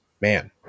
man